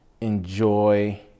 enjoy